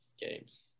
games